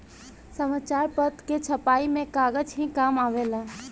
समाचार पत्र के छपाई में कागज ही काम आवेला